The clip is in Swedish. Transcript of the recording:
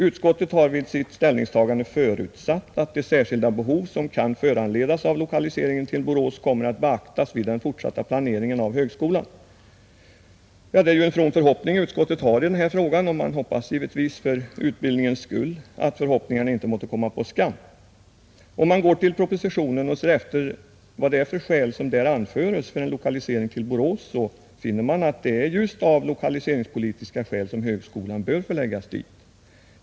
Utskottet har vid sitt ställningstagande förutsatt att de särskilda behov som kan föranledas av lokaliseringen till Borås kommer att beaktas vid den fortsatta planeringen av högskolan.” Ja, det är ju en from förhoppning utskottet har i den här frågan, och man hoppas givetvis för utbildningens skull att förhoppningarna inte måtte komma på skam. Om man går till propositionen och ser efter vilka skäl som där anföres för en lokalisering till Borås, så finner man att det är just av lokaliseringspolitiska skäl som högskolan bör förläggas dit.